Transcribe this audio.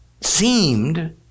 seemed